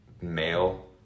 male